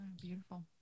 Beautiful